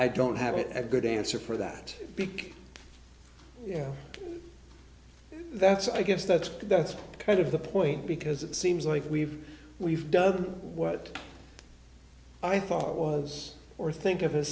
i don't have it a good answer for that week that's i guess that's good that's kind of the point because it seems like we've we've done what i thought was or think of